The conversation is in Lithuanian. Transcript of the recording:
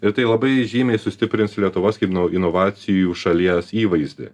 ir tai labai žymiai sustiprins lietuvos kaip nuo inovacijų šalies įvaizdį